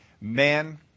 man